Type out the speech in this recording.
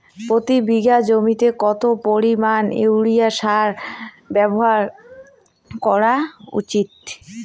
প্রতি বিঘা জমিতে কত পরিমাণ ইউরিয়া সার ব্যবহার করা উচিৎ?